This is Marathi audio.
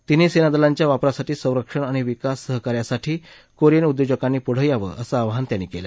तिन्ही सेनादलांच्या वापरासाठी संरक्षण आणि विकास सहकार्यासाठी कोरियन उद्योजकांनी पुढं यावं असं आवाहन त्यांनी केलं